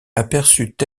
aperçut